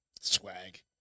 Swag